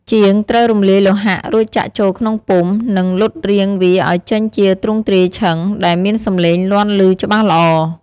ជាងត្រូវរំលាយលោហៈ រួចចាក់ចូលក្នុងពុម្ព និងលត់រាងវាឲ្យចេញជាទ្រង់ទ្រាយឈិង ដែលមានសម្លេងលាន់ឮច្បាស់ល្អ។